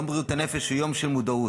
יום בריאות הנפש הוא יום של מודעות,